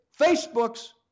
Facebook's